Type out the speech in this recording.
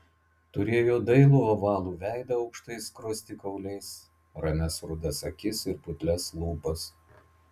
turėjo dailų ovalų veidą aukštais skruostikauliais ramias rudas akis ir putlias lūpas